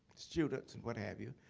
students and what have you.